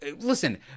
listen